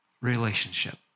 relationship